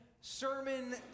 sermon